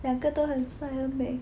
两个都很是美 :liang ge dou hen shi mei